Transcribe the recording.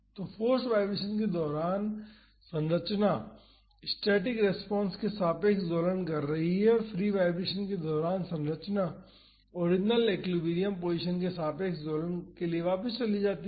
तो forced vibration के दौरान संरचना स्टैटिक रेस्पॉन्स के सापेक्ष दोलन कर रही है और फ्री वाईब्रेशन के दौरान संरचना ओरिजिनल एक्विलिब्रियम पोजीशन के सापेक्ष दोलन करने के लिए वापस चली जाती है